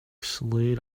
slid